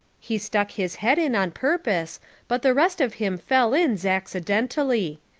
he stuck his head in on purpose but the rest of him fell in zacksidentally.